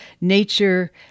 nature